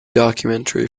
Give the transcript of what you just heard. documentary